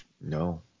No